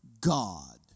God